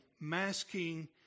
masking